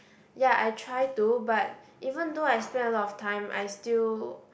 ya I try to but even though I spend a lot of time I still